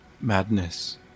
madness